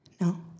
No